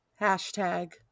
hashtag